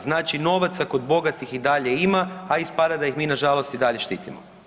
Znači novaca kod bogatih i dalje ima, a ispada da ih mi nažalost i dalje štitimo.